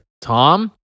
Tom